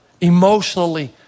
emotionally